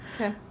Okay